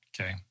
okay